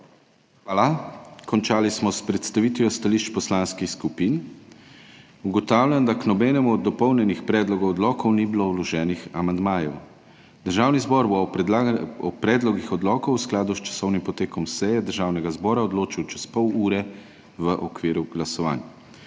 Hvala. Končali smo s predstavitvijo stališč poslanskih skupin. Ugotavljam, da k nobenemu od dopolnjenih predlogov odlokov ni bilo vloženih amandmajev. Državni zbor bo o predlogih odlokov v skladu s časovnim potekom seje Državnega zbora odločil čez pol ure v okviru glasovanj.